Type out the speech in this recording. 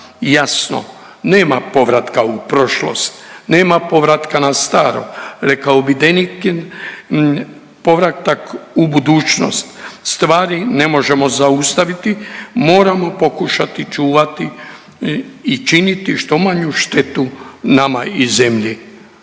Jasno nema povratka u prošlost, nema povratka na staro. Rekao bi Deniken povratak u budućnost stvari ne možemo zaustaviti, moramo pokušati čuvati i činiti što manju štetu nama i zemlji.